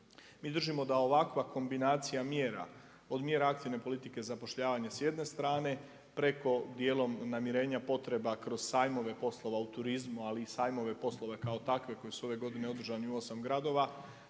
Mi držimo da ovakva kombinacija mjera od mjera aktivne politike zapošljavanja s jedne strane preko dijelom namirenja potreba kroz sajmove poslova u turizmu, ali i sajmove poslova kao takve koji su ove godine održani u osam gradova,